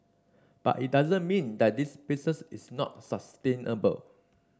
but it doesn't mean that this is not sustainable